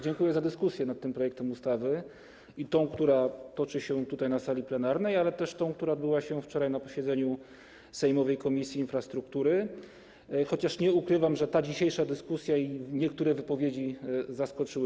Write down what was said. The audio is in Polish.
Dziękuję za dyskusję nad tym projektem ustawy i za tę dyskusję, która toczy się tutaj, na sali plenarnej, ale też tę, która odbyła się wczoraj na posiedzeniu sejmowej Komisji Infrastruktury, chociaż nie ukrywam, że ta dzisiejsza dyskusja i niektóre wypowiedzi mnie zaskoczyły.